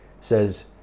says